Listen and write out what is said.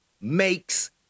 makes